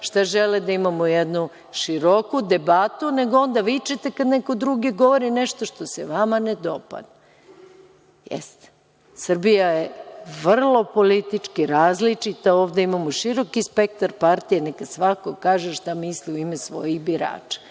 šta žele, da imamo jednu široku debatu, nego onda vičete kad neko drugi govori nešto što se vama ne dopada. Jeste. Srbija je vrlo politički različita. Ovde imamo široki spektar partija, neka svako kaže šta misli u ime svojih birača.